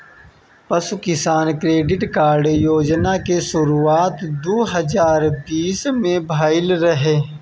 पशु किसान credit card योजना के शुरुआत दू हज़ार बीस में भइल रहे